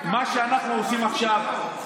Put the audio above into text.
אנחנו לא היינו יכולים לעשות את זה,